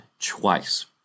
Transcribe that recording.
twice